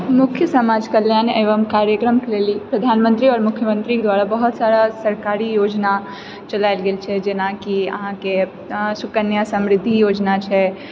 मुख्य समाज कल्याण एवं कार्यक्रमके लेल ई प्रधानमंत्री आओर मुख्यमंत्री द्वारा बहुत सारा सरकारी योजना चलाएल गेल छै जेनाकि अहाँकेँ सुकन्या समृद्धि योजना छै